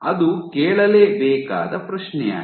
ಅದು ಕೇಳಲೇಬೇಕಾದ ಪ್ರಶ್ನೆಯಾಗಿದೆ